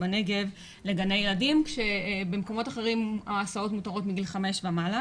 בנגב לגני ילדים כשבמקומות אחרים ההסעות מותרות מגיל 4 ומעלה,